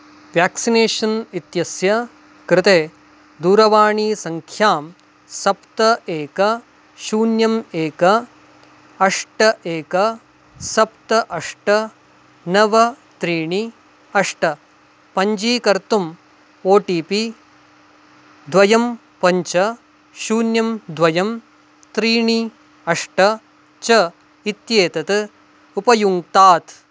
vaccination इत्यस्य कृते दूरवाणीसङ्ख्यां सप्त एक शून्यं एक अष्ट एक सप्त अष्ट नव त्रीणि अष्ट पञ्जीकर्तुं ओ टि पि द्वयं पञ्च शून्यं द्वयं त्रीणि अष्ट च इत्येतत् उपयुङ्क्तात्